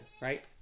right